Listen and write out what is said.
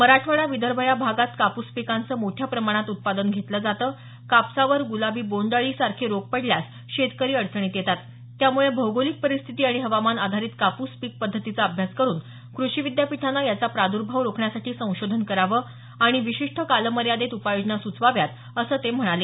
मराठवाडा विदर्भ या भागात कापूस पिकाचं मोठ्या प्रमाणात उत्पादन घेतलं जातं कापसावर गुलाबी बोंड अळीसारखे रोग पडल्यास शेतकरी अडचणीत येतात त्यामुळे भौगोलिक परिस्थिती आणि हवामान आधारित कापूस पीक पद्धतीचा अभ्यास करुन कृषी विद्यापीठानं याचा प्रादर्भाव रोखण्यासाठी संशोधन करावं आणि विशिष्ट कालमर्यादेत उपाययोजना सुचवाव्यात असं ते म्हणाले